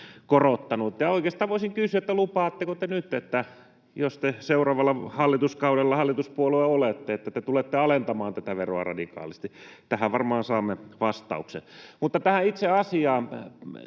Oikeastaan voisin kysyä: lupaatteko te nyt, että jos te seuraavalla hallituskaudella hallituspuolue olette, niin te tulette alentamaan tätä veroa radikaalisti? Tähän varmaan saamme vastauksen. Mutta tähän itse asiaan: